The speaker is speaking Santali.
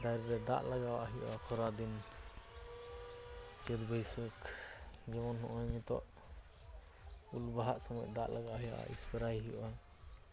ᱫᱟᱨᱮ ᱨᱮ ᱫᱟᱜ ᱞᱟᱜᱟᱣᱟᱜ ᱦᱩᱭᱩᱜᱼᱟ ᱠᱷᱚᱨᱟ ᱫᱤᱱ ᱪᱟᱹᱛᱼᱵᱟᱹᱭᱥᱟᱹᱠᱷ ᱡᱮᱢᱚᱱ ᱦᱚᱸᱜᱼᱚᱭ ᱱᱤᱛᱚᱜ ᱩᱞ ᱵᱟᱦᱟᱜ ᱥᱚᱢᱚᱭ ᱫᱟᱜ ᱞᱟᱜᱟᱣᱟᱜ ᱦᱩᱭᱩᱜᱼᱟ ᱥᱯᱨᱮᱹᱟᱭᱜ ᱦᱩᱭᱩᱜᱼᱟ